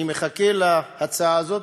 אני מחכה להצעה הזאת,